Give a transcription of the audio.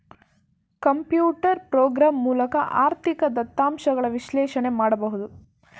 computer program ಮೂಲಕ ಆರ್ಥಿಕ ದತ್ತಾಂಶಗಳ ವಿಶ್ಲೇಷಣೆ ಮಾಡಲಾಗುವುದು